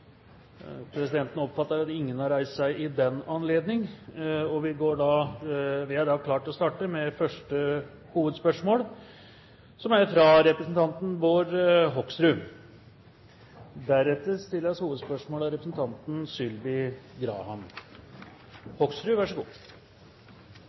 Presidenten oppfatter at ingen har reist seg i den anledning. Vi starter da med første hovedspørsmål, fra representanten Bård Hoksrud. Spørsmålet mitt går til